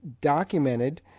documented